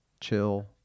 chill